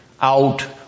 out